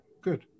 good